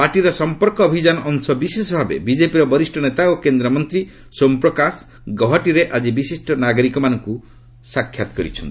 ପାର୍ଟିର ସମ୍ପର୍କ ଅଭିଯାନ ଅଂଶବିଶେଷ ଭାବେ ବିଜେପିର ବରିଷ୍ଣ ନେତା ଓ କେନ୍ଦ୍ରମନ୍ତ୍ରୀ ସୋମପ୍ରକାଶ ଗୌହାଟୀରେ ଆକି ବିଶିଷ୍ଟ ନାଗରିକମାନଙ୍କୁ ସାକ୍ଷାତ୍ କରିଛନ୍ତି